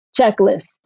checklist